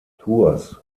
tours